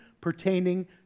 pertaining